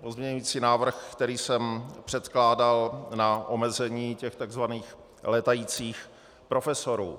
pozměňovací návrh, který jsem předkládal na omezení tzv. létajících profesorů.